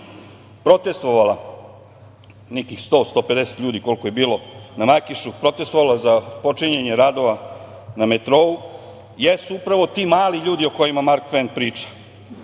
protestvovala, nekih 100-150 ljudi, koliko je bilo na Makišu, protestvovalo je za otpočinjanje radova na metrou, jesu upravo ti mali ljudi o kojima Mark Tven priča. Na